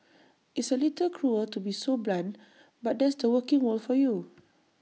it's A little cruel to be so blunt but that's the working world for you